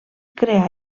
crear